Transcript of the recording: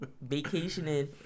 vacationing